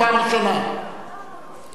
את לא תקבעי מי מדבר לעניין ומי לא מדבר לעניין.